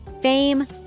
fame